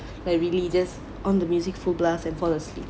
like really just on the music full blast and fall asleep